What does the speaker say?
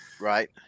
right